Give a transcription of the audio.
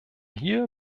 hier